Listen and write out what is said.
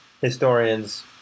historians